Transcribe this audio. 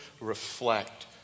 reflect